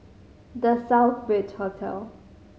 The Southbridge Hotel